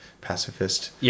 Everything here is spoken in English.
pacifist